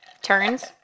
turns